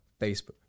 Facebook